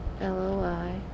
L-O-I